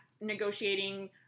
negotiating